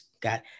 got